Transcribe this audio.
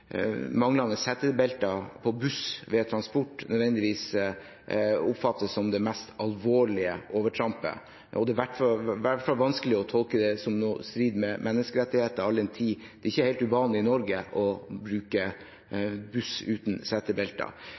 manglende setebelter på buss ved transport nødvendigvis oppfattes som det mest alvorlige overtrampet. Det er i hvert fall vanskelig å tolke det som i strid med menneskerettighetene all den tid det ikke er helt uvanlig i Norge å bruke buss uten setebelter.